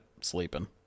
sleeping